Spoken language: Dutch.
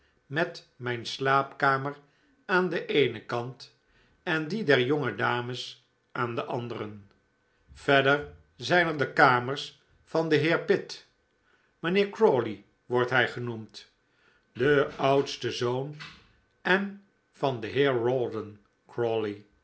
met mijn slaapkamer aan den eenen kant en die der jonge dames aan den anderen verder zijn er de kamers van den heer pitt mijnheer crawley wordt hij genoemd den oudsten zoon en van den heer